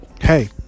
Hey